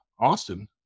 Austin